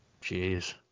Jeez